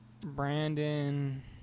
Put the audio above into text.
Brandon